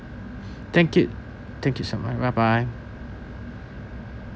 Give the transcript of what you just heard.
thank you thank you so much bye bye